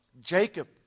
Jacob